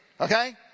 okay